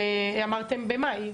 אמרתם במאי.